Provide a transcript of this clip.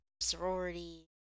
sorority